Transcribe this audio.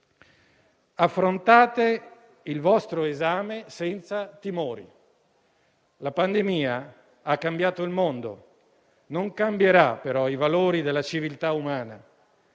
Affrontate il vostro esame senza timori. La pandemia ha cambiato il mondo, non cambierà però i valori della civiltà umana: